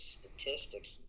statistics –